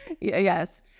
Yes